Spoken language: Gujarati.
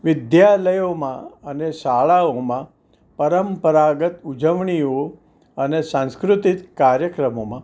વિદ્યાલાયોમાં અને શાળાઓમાં પરંપરાગત ઉજવણીઓ અને સાંસ્કૃતિક કાર્યક્રમોમાં